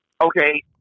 Okay